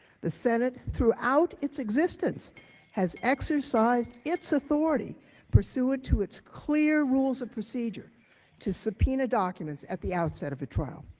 the senate throughout its existence has exercised its authority pursuant to its clear rules of procedure to subpoena documents at the outset of the trial.